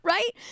Right